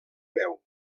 veu